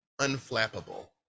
unflappable